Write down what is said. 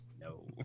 No